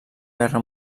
guerra